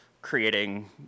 creating